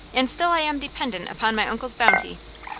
and still i am dependent upon my uncle's bounty.